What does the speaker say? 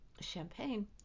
champagne